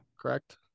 correct